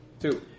Two